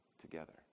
together